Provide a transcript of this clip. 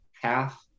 half